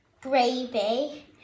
gravy